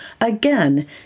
Again